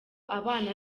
abana